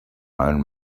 own